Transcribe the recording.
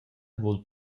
vul